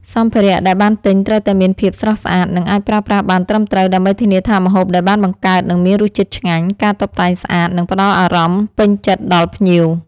សំភារៈដែលបានទិញត្រូវតែមានភាពស្រស់ស្អាត និងអាចប្រើប្រាស់បានត្រឹមត្រូវ ដើម្បីធានាថាម្ហូបដែលបានបង្កើតនឹងមានរសជាតិឆ្ងាញ់ ការតុបតែងស្អាត និងផ្តល់អារម្មណ៍ពេញចិត្តដល់ភ្ញៀវ។